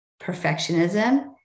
perfectionism